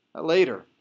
later